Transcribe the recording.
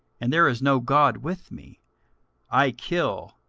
and there is no god with me i kill,